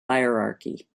hierarchy